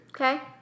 Okay